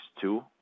two